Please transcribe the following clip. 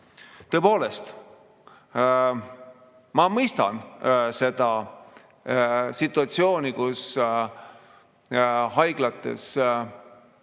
Tõepoolest, ma mõistan seda situatsiooni, kus haiglates